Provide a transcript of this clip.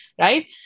right